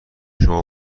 شما